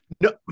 No